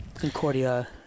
Concordia